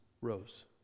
rose